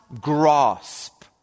grasp